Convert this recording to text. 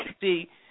see